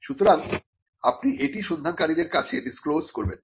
তারপরে আপনি এটি সন্ধানকারীদের কাছে ডিস্ক্লোজ করবেন